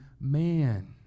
man